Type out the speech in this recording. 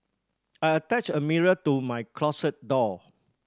I attached a mirror to my closet door